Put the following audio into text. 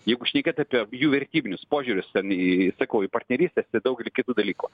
jeigu šnekėt apie jų vertybinius požiūrius ten į sakau į partnerystes į daugelį kitų dalykų